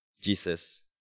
Jesus